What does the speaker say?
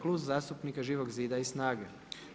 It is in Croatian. Klub zastupnika Živog zida i SNAGA-e.